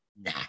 nah